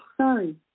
Sorry